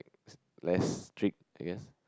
less strict I guess